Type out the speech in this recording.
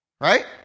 right